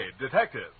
Detective